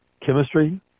chemistry